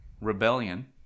Rebellion